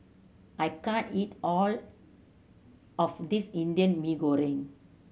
I can't eat all of this Indian Mee Goreng